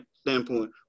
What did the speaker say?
standpoint